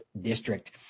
District